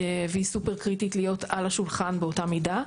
והיא סופר קריטית להיות על השולחן באותה מידה.